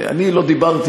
אני לא דיברתי